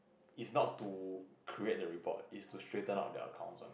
is not to create the report is to straighten out their accounts wat